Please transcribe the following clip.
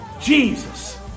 Jesus